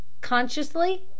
consciously